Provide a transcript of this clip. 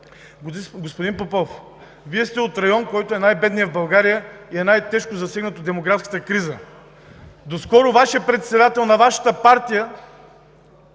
Господин Попов, Вие сте от район, който е най-бедният в България и е най тежко засегнат от демографската криза. Доскоро председателят на Вашата партия